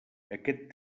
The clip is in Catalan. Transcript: aquest